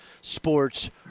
Sports